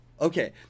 Okay